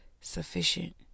sufficient